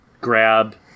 grab